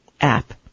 app